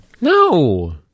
No